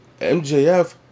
MJF